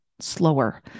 slower